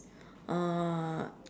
uh